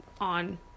on